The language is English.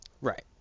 Right